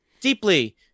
deeply